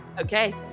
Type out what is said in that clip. Okay